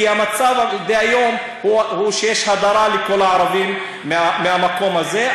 כי המצב של היום הוא שיש הדרה של כל הערבים מהמקום הזה,